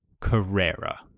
Carrera